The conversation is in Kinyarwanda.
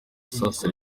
sasa